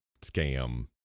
scam